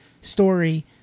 story